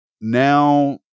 now